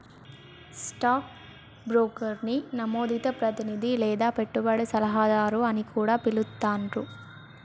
stock బ్రోకర్ని నమోదిత ప్రతినిధి లేదా పెట్టుబడి సలహాదారు అని కూడా పిలుత్తాండ్రు